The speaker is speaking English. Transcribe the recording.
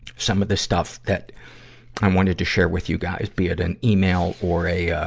some of the stuff that i wanted to share with you guys, be it an email or a, ah,